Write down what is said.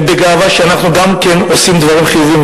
בגאווה שאנחנו עושים גם דברים חיוביים,